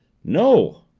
no.